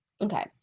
Okay